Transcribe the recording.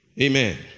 Amen